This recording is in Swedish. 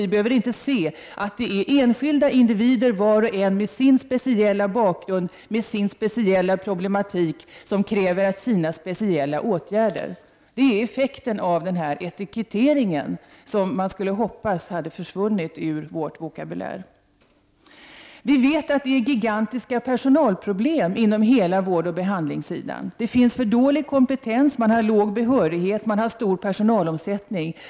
Vi behöver inte se att var och en är en enskild individ som var och en har sin speciella bakgrund och sin speciella problematik som kräver speciella åtgärder. Det är effekten av denna etikettering som jag hade hoppats hade försvunnit ur vår vokabulär. Vi vet att det råder gigantiska personalproblem inom hela vårdoch behandlingsområdet. Det finns för dålig kompetens. Behörigheten är låg, och personalomsättningen är stor.